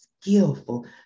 skillful